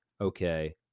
Okay